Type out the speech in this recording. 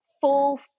full